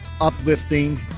uplifting